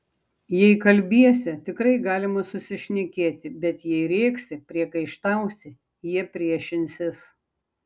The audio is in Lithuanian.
jei kalbiesi tikrai galima susišnekėti bet jei rėksi priekaištausi jie priešinsis